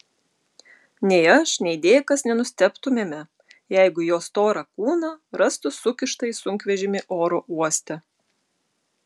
nei aš nei dėkas nenustebtumėme jeigu jo storą kūną rastų sukištą į sunkvežimį oro uoste